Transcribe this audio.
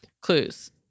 Clues